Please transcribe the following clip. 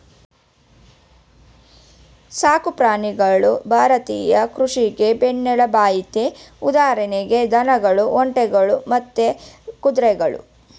ಸಾಕು ಪ್ರಾಣಿಗಳು ಭಾರತೀಯ ಕೃಷಿಗೆ ಬೆನ್ನೆಲ್ಬಾಗಯ್ತೆ ಉದಾಹರಣೆಗೆ ದನಗಳು ಒಂಟೆಗಳು ಮತ್ತೆ ಕುದುರೆಗಳು